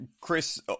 Chris